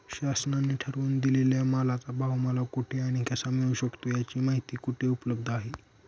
शासनाने ठरवून दिलेल्या मालाचा भाव मला कुठे आणि कसा मिळू शकतो? याची माहिती कुठे उपलब्ध आहे?